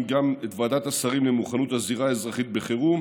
גם את ועדת השרים למוכנות הזירה האזרחית בחירום,